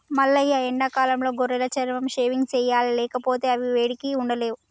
మల్లయ్య ఎండాకాలంలో గొర్రెల చర్మం షేవింగ్ సెయ్యాలి లేకపోతే అవి వేడికి ఉండలేవు